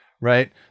right